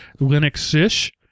Linux-ish